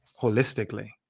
holistically